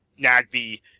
Nagby